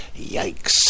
Yikes